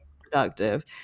productive